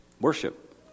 worship